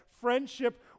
friendship